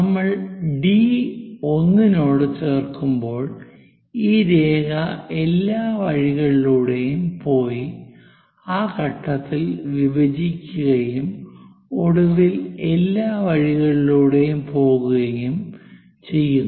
നമ്മൾ ഡി 1 നോട് ചേർക്കുമ്പോൾ ഈ രേഖ എല്ലാ വഴികളിലൂടെയും പോയി ആ ഘട്ടത്തിൽ വിഭജിക്കുകയും ഒടുവിൽ എല്ലാ വഴികളിലൂടെയും പോകുകയും ചെയ്യുന്നു